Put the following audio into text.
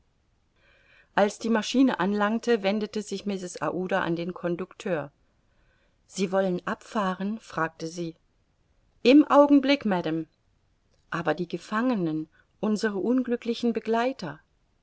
als die maschine anlangte wendete sich mrs aouda an den conducteur sie wollen abfahren fragte sie im augenblick madame aber die gefangenen unsere unglücklichen begleiter